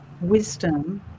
wisdom